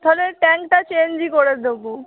তাহলে ট্যাংকটা চেঞ্জই করে দেবো